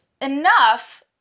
enough